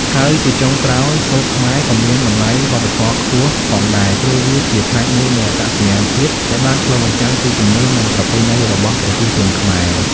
ហើយជាចុងក្រោយ សូត្រខ្មែរក៏មាន តម្លៃវប្បធម៌ខ្ពស់ ផងដែរ ព្រោះវាជាផ្នែកមួយនៃអត្តសញ្ញាណជាតិដែលបានឆ្លុះបញ្ចាំងពីជំនឿ និងប្រពៃណីរបស់ប្រជាជនខ្មែរ។